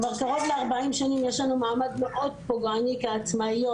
כבר קרוב ל-40 שנים יש לנו מעמד מאוד פוגעני כעצמאיות.